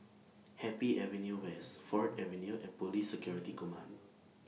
Happy Avenue West Ford Avenue and Police Security Command